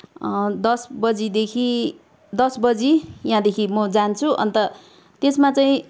दस बजीदेखि दस बजी यहाँदेखि म जान्छु अन्त त्यसमा चाहिँ